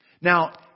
Now